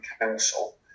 Council